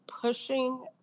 pushing